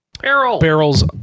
barrels